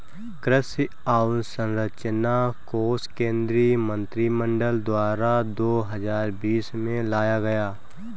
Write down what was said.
कृषि अंवसरचना कोश केंद्रीय मंत्रिमंडल द्वारा दो हजार बीस में लाया गया